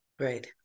Right